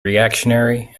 reactionary